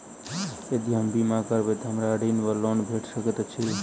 यदि हम बीमा करबै तऽ हमरा ऋण वा लोन भेट सकैत अछि?